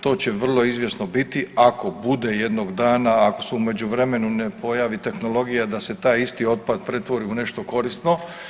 To će vrlo izvjesno biti, ako bude jednog dana, ako se u međuvremenu ne pojavi tehnologija da se taj isti otpad pretvori u nešto korisno.